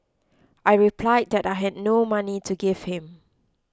I replied that I had no money to give him